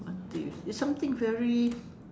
one thing it's something very